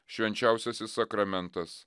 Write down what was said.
švenčiausiasis sakramentas